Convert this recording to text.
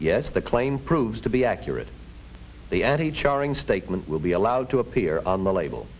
yes the claim proves to be accurate the anti charring statement will be allowed to appear on the label